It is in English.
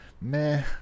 meh